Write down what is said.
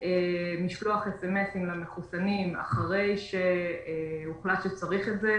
משלוח SMS למחוסנים אחרי שהוחלט שצריך את זה,